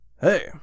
Hey